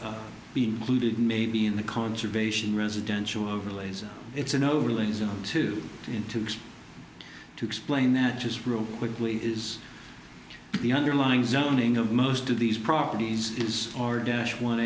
also be included maybe in the conservation residential overlays it's an overlay to in two to explain that just real quickly is the underlying zoning of most of these properties is or dash one